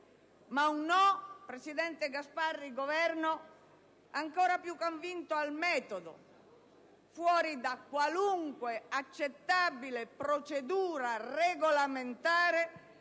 Ma un no, presidente Gasparri e Governo, ancora più convinto è al metodo, che è fuori da qualunque accettabile procedura regolamentare